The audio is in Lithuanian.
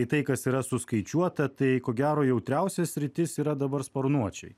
į tai kas yra suskaičiuota tai ko gero jautriausia sritis yra dabar sparnuočiai